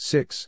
Six